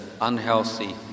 unhealthy